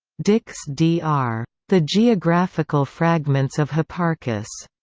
dicks d r. the geographical fragments of hipparchus.